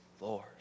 Lord